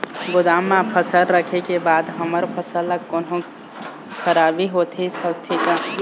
गोदाम मा फसल रखें के बाद हमर फसल मा कोन्हों खराबी होथे सकथे का?